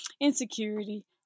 Insecurity